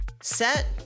Set